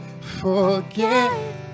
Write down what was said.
forget